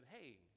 hey